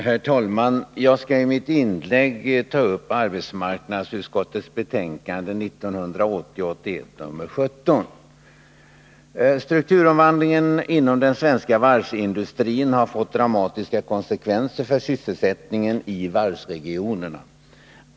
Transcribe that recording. Herr talman! Jag skall i mitt inlägg ta upp arbetsmarknadsutskottets betänkande 1980/81:17. Strukturomvandlingen inom den svenska varvsindustrin har fått dramatiska konsekvenser för sysselsättningen i varvsregionerna.